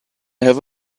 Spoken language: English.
have